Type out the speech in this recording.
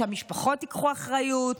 שהמשפחות ייקחו אחריות?